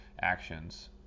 actions